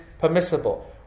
permissible